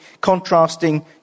contrasting